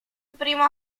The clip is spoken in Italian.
primo